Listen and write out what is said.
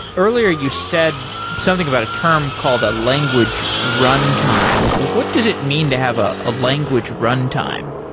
earlier, you said something about a term called a language run time. what does it mean to have ah a language run time?